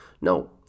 No